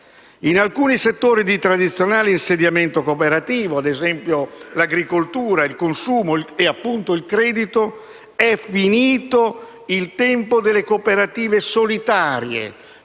In alcuni settori di tradizionale insediamento cooperativo, come l'agricoltura, il consumo e appunto il credito, è finito il tempo delle cooperative solitarie,